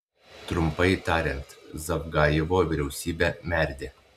trumpai tariant zavgajevo vyriausybė merdi